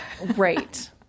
Right